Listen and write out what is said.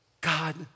God